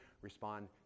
respond